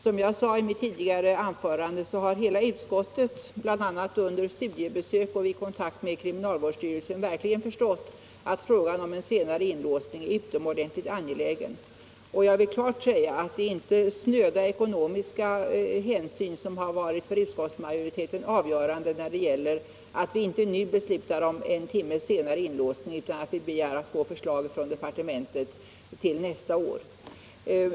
Som jag sade i mitt anförande har hela utskottet, bl.a. under studiebesök och vid kontakter med kriminalvårdsstyrelsen, verkligen fått förståelse för att frågan om en senare inlåsning är utomordentligt angelägen. Jag vill också klart säga ifrån att det inte är snöda ekonomiska hänsyn som har varit avgörande för utskottsmajoriteten när det gäller ett beslut om en timmes senare inlåsning, utan orsaken har varit att vi begär ett förslag från departementet till nästa år.